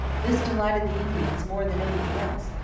this delighted the indians more than anything else,